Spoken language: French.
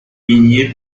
minier